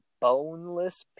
boneless